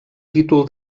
títol